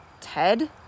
Ted